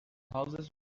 houses